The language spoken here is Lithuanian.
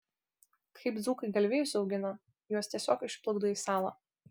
kaip dzūkai galvijus augina juos tiesiog išplukdo į salą